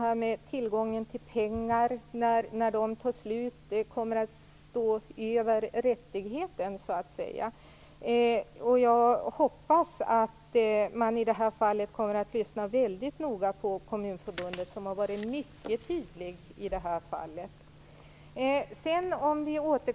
När tillgången på pengar tar slut kommer taket så att säga att stå över rättigheten. Jag hoppas att man här kommer att lyssna väldigt noga på Kommunförbundet, som har varit mycket tydligt i det här fallet.